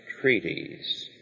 Treaties